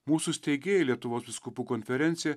mūsų steigėjai lietuvos vyskupų konferencija